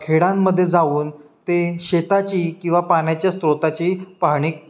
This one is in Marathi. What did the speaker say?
खेडांमध्ये जाऊन ते शेताची किंवा पाण्याच्या स्त्रोताची पाहणी